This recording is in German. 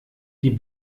die